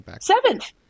Seventh